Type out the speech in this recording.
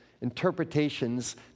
interpretations